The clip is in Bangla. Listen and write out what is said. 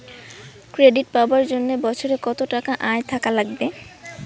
ক্রেডিট পাবার জন্যে বছরে কত টাকা আয় থাকা লাগবে?